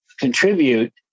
Contribute